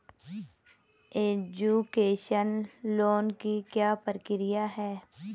Education loan की क्या प्रक्रिया है?